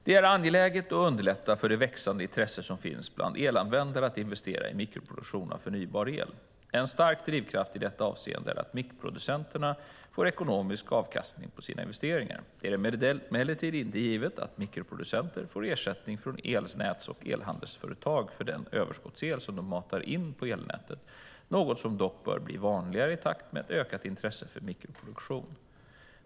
Det är angeläget att underlätta för det växande intresse som finns bland elanvändare att investera i mikroproduktion av förnybar el. En stark drivkraft i detta avseende är att mikroproducenterna får ekonomisk avkastning på sina investeringar. Det är emellertid inte givet att mikroproducenter får ersättning från elnäts och elhandelsföretag för den överskottsel som de matar in i elnätet, något som dock bör bli vanligare i takt med ett ökat intresse för mikroproduktion.